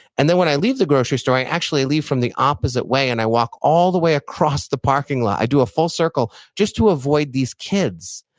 and then when i leave the grocery store, i actually leave from the opposite way and i walk all the way across the parking lot. i do a full circle just to avoid these kids,